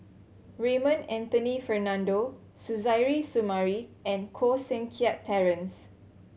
Raymond Anthony Fernando Suzairhe Sumari and Koh Seng Kiat Terence